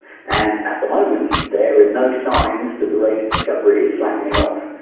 and at the moment there is no sign that the rate of discovery is slackening off.